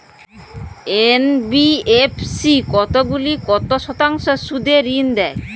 NBFC কতগুলি কত শতাংশ সুদে ঋন দেয়?